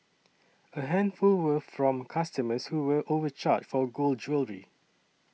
a handful were from customers who were overcharged for gold jewellery